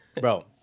bro